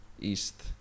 east